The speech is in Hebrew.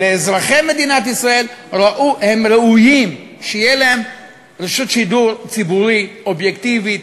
אזרחי מדינת ישראל ראויים שתהיה להם רשות שידור ציבורי אובייקטיבית,